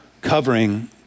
covering